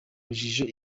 urujijo